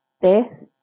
death